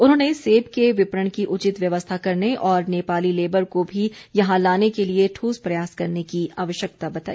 उन्होंने सेब के विपणन की उचित व्यवस्था करने और नेपाली लेबर को भी यहां लाने की लिए ठोस प्रयास करने की आवश्यकता जताई